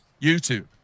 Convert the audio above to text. YouTube